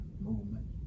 movement